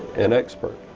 an expert.